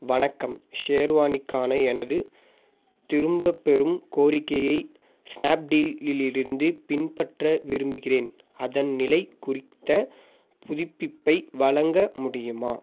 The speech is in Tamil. வணக்கம் ஷெர்வானிக்கான எனது திரும்பப் பெறும் கோரிக்கையை ஸ்னாப்டீலிலிருந்து பின்பற்ற விரும்புகிறேன் அதன் நிலை குறித்த புதுப்பிப்பை வழங்க முடியுமா